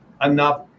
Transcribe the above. enough